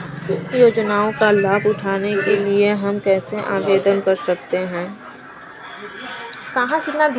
योजनाओं का लाभ उठाने के लिए हम कैसे आवेदन कर सकते हैं?